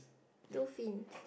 two fins